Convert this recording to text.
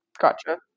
gotcha